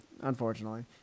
unfortunately